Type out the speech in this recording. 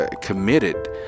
Committed